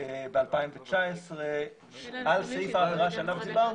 ב-2019 על סעיף העבירה שעליו דיברנו,